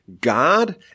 God